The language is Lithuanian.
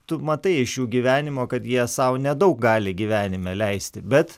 tu matai iš jų gyvenimo kad jie sau nedaug gali gyvenime leisti bet